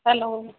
hello